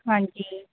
ਹਾਂਜੀ